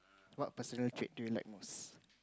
what personal trait do you like most